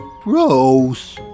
Gross